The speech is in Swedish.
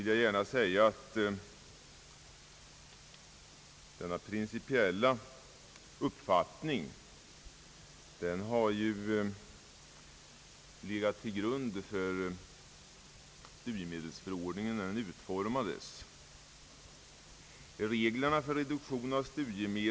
Jag vill gärna säga att denna principiella uppfattning har kommit till uttryck vid utformningen av studiemedelsförordningen.